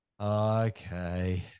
okay